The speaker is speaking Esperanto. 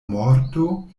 morto